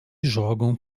jogam